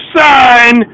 sign